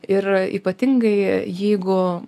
ir ypatingai jeigu